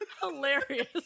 hilarious